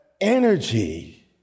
energy